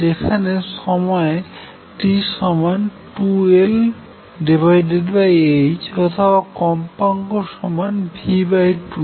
যেখানে সময় t সমান 2Lh অথবা কম্পাঙ্ক সমান v2L